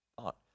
thought